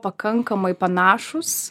pakankamai panašūs